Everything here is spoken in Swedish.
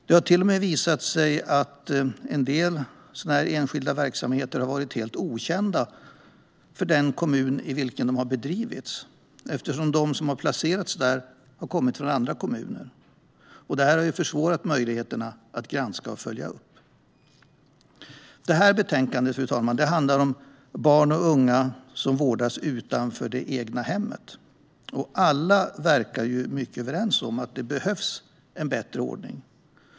Det har till och med visat sig att en del sådana här enskilda verksamheter har varit helt okända för den kommun i vilken de har bedrivits eftersom de som placerats där har kommit från andra kommuner. Det har försvårat möjligheterna att granska och följa upp. Det här betänkandet, fru talman, handlar om barn och unga som vårdas utanför det egna hemmet. Alla verkar vara överens om att det behövs en bättre ordning.